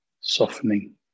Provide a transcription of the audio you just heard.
softening